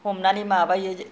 हमनानै माबायो